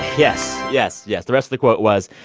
yes. yes, yes. the rest of the quote was,